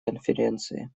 конференции